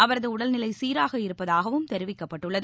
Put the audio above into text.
அவரதுஉடல்நிலைசீராக இருப்பதாகவும் தெரிவிக்கப்பட்டுள்ளது